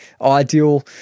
ideal